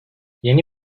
yeni